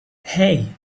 hey